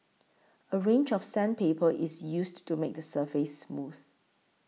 a range of sandpaper is used to make the surface smooth